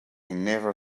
never